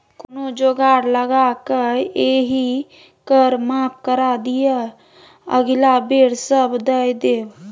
कोनो जोगार लगाकए एहि कर माफ करा दिअ अगिला बेर सभ दए देब